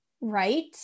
right